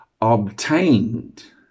Obtained